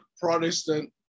protestant